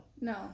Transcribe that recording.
No